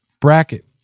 Bracket